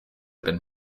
been